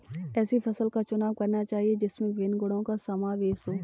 ऐसी फसल का चुनाव करना चाहिए जिसमें विभिन्न गुणों का समावेश हो